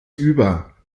über